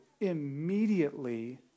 immediately